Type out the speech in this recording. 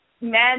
men